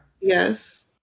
Yes